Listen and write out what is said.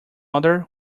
other